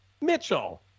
Mitchell